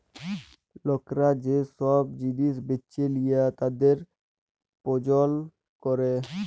লকরা যে সব জিলিস বেঁচে লিয়ে তাদের প্রজ্বলল ক্যরে